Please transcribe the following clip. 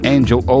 Angel